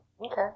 okay